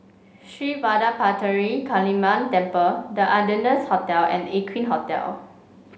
Sri Vadapathira Kaliamman Temple The Ardennes Hotel and Aqueen Hotel